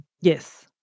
Yes